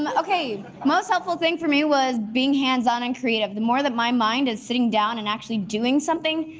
um okay, most helpful thing for me was being hands on and creative, the more that my mind is sitting down and actually doing something,